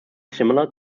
similar